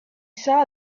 saw